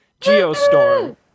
Geostorm